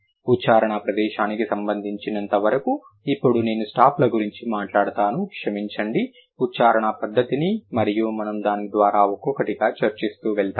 ఉచ్చారణ ప్రదేశానికి సంబంధించినంతవరకు ఇప్పుడు నేను స్టాప్ల గురించి మాట్లాడతాను క్షమించండి ఉచ్చారణ పద్ధతిని మరియు మనము దాని ద్వారా ఒక్కొక్కటిగా చర్చిస్తూ వెళ్తాము